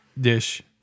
dish